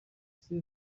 ese